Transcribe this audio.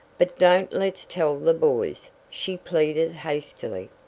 but don't let's tell the boys, she pleaded hastily.